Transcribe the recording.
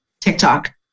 TikTok